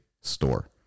Store